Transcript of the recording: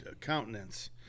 countenance